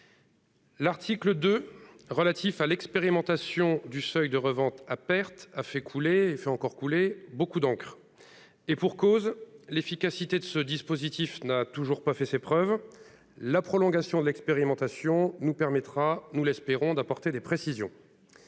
L'article 2 relatif à l'expérimentation du seuil de revente à perte a fait couler beaucoup d'encre. Et pour cause ! L'efficacité du dispositif n'a toujours pas été prouvée. La prolongation de l'expérimentation nous permettra, nous l'espérons, d'apporter des précisions.